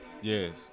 Yes